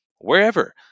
wherever